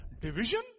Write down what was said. Division